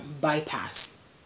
bypass